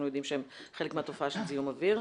יודעים שהם חלק מהתופעה של זיהום של זיהום אוויר.